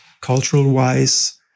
cultural-wise